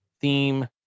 Theme